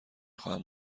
خواهم